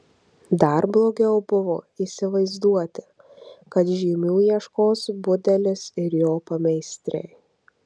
dar blogiau buvo įsivaizduoti kad žymių ieškos budelis ir jo pameistriai